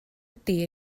ydy